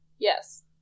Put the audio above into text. Yes